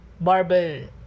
barbell